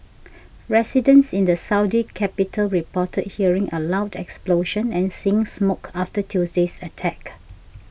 residents in the Saudi capital reported hearing a loud explosion and seeing smoke after Tuesday's attack